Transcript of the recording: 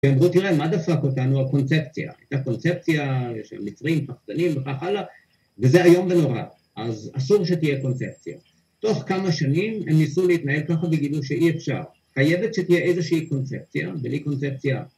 ‫הם אמרו, תראה, מה דפק אותנו, ‫הקונצפציה. ‫הייתה קונצפציה של מצרים, ‫פחדנים וכך הלאה, ‫וזה איום ונורא. ‫אז אסור שתהיה קונצפציה. ‫תוך כמה שנים הם ניסו להתנהל ‫ככה וגילו שאי אפשר. ‫חייבת שתהיה איזושהי קונצפציה, ‫ולאי קונצפציה.